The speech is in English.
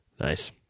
Nice